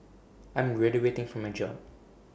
I'm graduating from my job